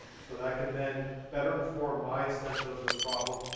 so that i can then better inform my sense of the problem,